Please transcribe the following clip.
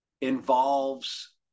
involves